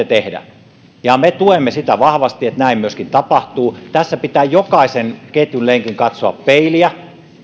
tehdä nyt me tuemme sitä vahvasti että näin myöskin tapahtuu tässä pitää jokaisen ketjun lenkin katsoa peiliin ja